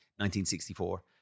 1964